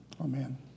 Amen